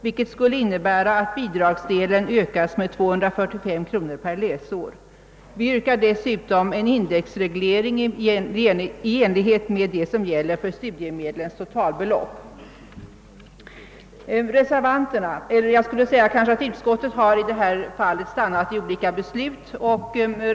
Det skulle innebära att bidragsdelen ökas med 245 kronor till 1995 kronor per läsår. Vi yrkar dessutom att studiebidragsdelen indexregleras i enlighet med vad som gäller studiemedlens totalbelopp. I utskottet stannade man i olika ståndpunkter.